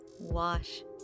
wash